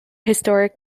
historic